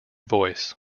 voice